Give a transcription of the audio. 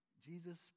Jesus